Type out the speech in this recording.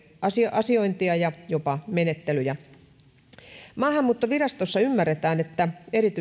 asiointia ja jopa menettelyjä maahanmuuttovirastossa ymmärretään että erityisasiantuntijat tulevat